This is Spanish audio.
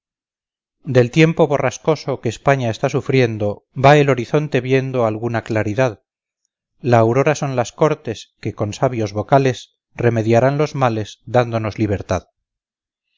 del tiempo borrascoso que españa está sufriendo va el horizonte viendo alguna claridad la aurora son las cortes que con sabios vocales remediarán los males dándonos libertad